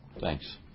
Thanks